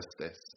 justice